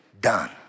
done